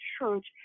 church